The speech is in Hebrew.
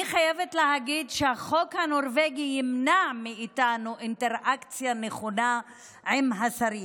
אני חייבת להגיד שהחוק הנורבגי ימנע מאיתנו אינטראקציה נכונה עם השרים.